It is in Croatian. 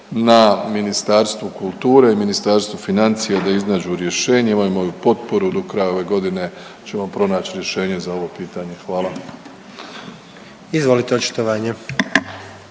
Na Ministarstvu kulture i Ministarstvu financija je da iznađu rješenje, imaju moju potporu. Do kraja ove godine ćemo pronaći rješenje za ovo pitanje. Hvala. **Jandroković,